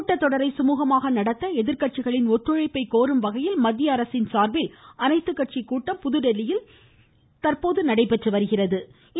கூட்டத்தொடரை சுமூகமாக நடத்த எதிர்கட்சிகளின் ஒத்துழைப்பை கோரும் வகையில் மத்திய அரசு சார்பில் அனைத்துக்கட்சிக்கூட்டம் புதுதில்லியில் இன்று தொடங்கியது